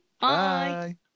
bye